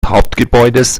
hauptgebäudes